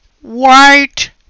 white